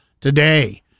today